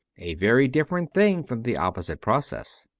a very different thing from the opposite process.